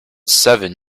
seven